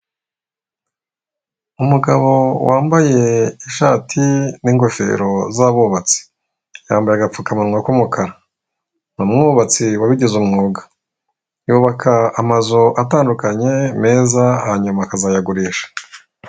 Umugabo wambaye ishati n'ingofero z'abubatsi, yambaye agapfukamunwa k'umukara ni umwubatsi wabigize umwuga, yubaka amazu atandukanye meza hanyuma akazayagurisha